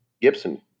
Gibson